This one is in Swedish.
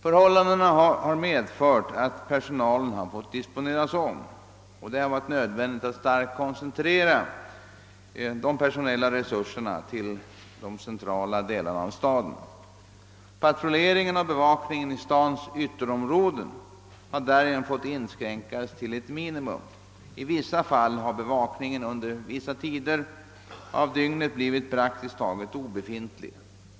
Förhållandena har medfört att personalen fått disponeras om. Det har varit nödvändigt att starkt koncentrera de personella resurserna till de centrala delarna av staden. Patrulleringen och bevakningen i stadens ytterområden har därigenom måst inskränkas till ett minimum. I en del fall har bevakningen under vissa tider blivit praktiskt taget obefintlig.